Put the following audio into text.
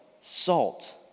salt